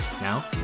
now